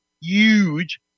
huge